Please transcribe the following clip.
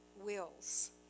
wills